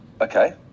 okay